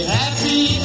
happy